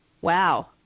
Wow